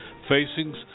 facing